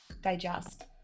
digest